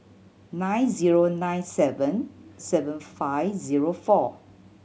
nine zero nine seven seven five zero four